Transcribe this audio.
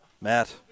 Matt